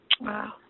Wow